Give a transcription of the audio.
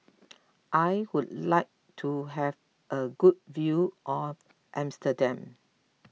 I would like to have a good view of Amsterdam